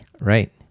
Right